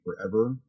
forever